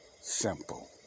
simple